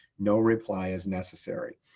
no reply is necessary.